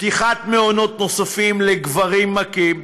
פתיחת מעונות נוספים לגברים מכים,